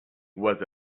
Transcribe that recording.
was